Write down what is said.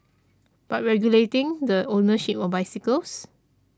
but regulating the ownership of bicycles